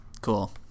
Cool